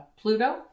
Pluto